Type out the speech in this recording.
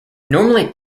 normally